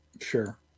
Sure